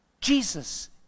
Jesus